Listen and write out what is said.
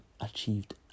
Achieved